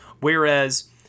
Whereas